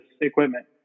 equipment